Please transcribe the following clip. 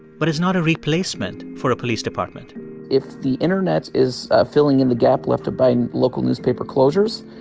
but it's not a replacement for a police department if the internet is ah filling in the gap left by and local newspaper closures,